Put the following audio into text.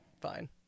fine